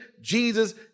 Jesus